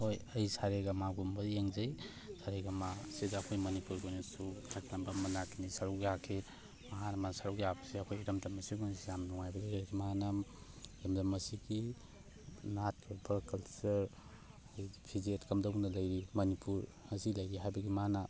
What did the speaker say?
ꯍꯣꯏ ꯑꯩ ꯁꯥꯔꯦꯒꯃꯥꯒꯨꯝꯕ ꯌꯦꯡꯖꯩ ꯁꯥꯔꯦꯒꯃꯥꯁꯤꯗ ꯑꯩꯈꯣꯏ ꯃꯅꯤꯄꯨꯔꯒꯤ ꯑꯣꯏꯅꯁꯨ ꯇꯈꯦꯜꯂꯝꯕꯝ ꯃꯟꯗꯥꯀꯤꯅꯤ ꯁꯔꯨꯛ ꯌꯥꯈꯤ ꯃꯍꯥꯛꯅ ꯁꯔꯨꯛ ꯌꯥꯕꯁꯦ ꯑꯩꯈꯣꯏ ꯏꯔꯝꯗꯝ ꯑꯁꯤꯒꯤ ꯑꯣꯏꯅ ꯌꯥꯝ ꯅꯨꯡꯉꯥꯏꯕꯅꯤ ꯃꯥꯅ ꯂꯝꯗꯝ ꯑꯁꯤꯒꯤ ꯅꯥꯠꯀꯤ ꯑꯣꯏꯕ ꯀꯜꯆꯔ ꯑꯩꯈꯣꯏ ꯐꯤꯖꯦꯠ ꯀꯝꯗꯧꯅ ꯂꯩꯔꯤ ꯃꯅꯤꯄꯨꯔ ꯑꯁꯤꯗꯒꯤ ꯍꯥꯏꯕꯒꯤ ꯃꯥꯅ